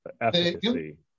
efficacy